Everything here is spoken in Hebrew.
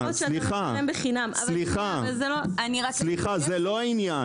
זה לא העניין.